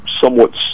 somewhat